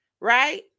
right